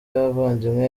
y’abavandimwe